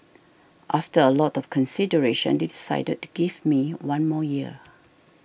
after a lot of consideration they decided to give me one more year